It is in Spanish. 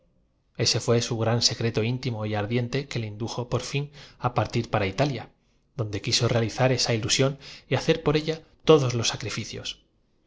ese fué su gran secreto íntimo y ar diente que le indujo por fin á partir para italia don de quiso realizar esa ilusión y hacer por ella todos los sacriñcioa